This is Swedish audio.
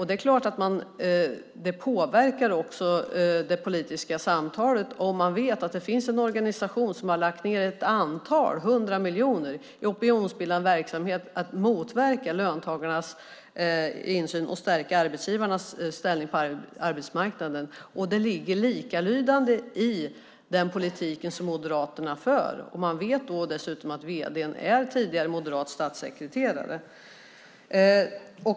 Det är klart att det påverkar det politiska samtalet om man vet att det finns en organisation som har lagt in ett antal hundra miljoner i opinionsbildande verksamhet på att motverka löntagarnas insyn och stärka arbetsgivarnas ställning på arbetsmarknaden. Det är likalydande i den politik som Moderaterna för. Man vet dessutom att vd:n är tidigare moderat statssekreterare.